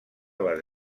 les